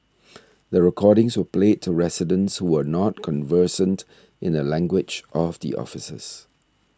the recordings were played to residents who were not conversant in the language of the officers